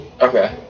okay